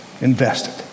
invested